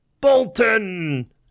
Bolton